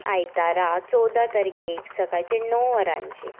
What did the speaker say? आयतारा चवदा तारखेक सकाळचें णव वरांचेर